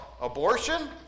Abortion